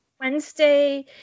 Wednesday